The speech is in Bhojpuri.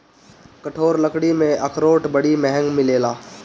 कठोर लकड़ी में अखरोट बड़ी महँग मिलेला